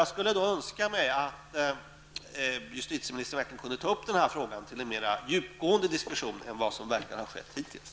Jag skulle önska att justitieministern verkligen kunde ta upp frågan till en mera djupgående diskussion än vad som verkar har skett hittills.